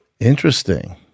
interesting